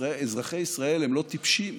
אזרחי ישראל לא טיפשים,